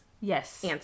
Yes